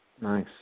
Nice